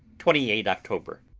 twenty eight october.